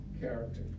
character